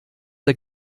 der